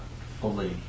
fully